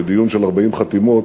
בדיון של 40 חתימות